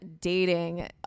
dating